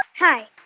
hi.